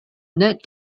net